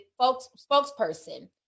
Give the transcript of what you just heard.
spokesperson